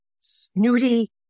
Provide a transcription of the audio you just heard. snooty